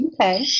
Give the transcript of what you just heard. Okay